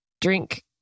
drink